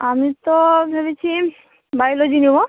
আমি তো ভেবেছি বায়োলজি নেবো